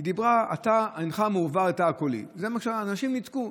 היא אמרה: אתה מועבר לתא הקולי, ואנשים ניתקו.